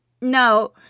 No